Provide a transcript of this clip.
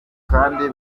kandi